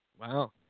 Wow